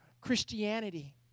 Christianity